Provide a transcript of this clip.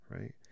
right